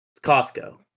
Costco